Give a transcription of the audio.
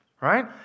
right